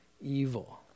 evil